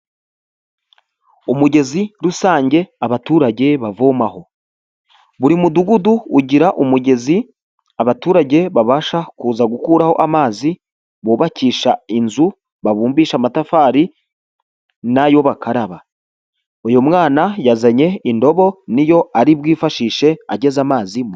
Umugezi rusange abaturage bavomaho buri mudugudu ugira umugezi abaturage babasha kuza gukuraho amazi bubakisha inzu, babumbisha amatafari, nayo bakaraba uyu mwana yazanye indobo niyo ari bwifashishe ageze amazi murugo.